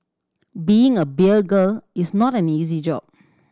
being a beer girl is not an easy job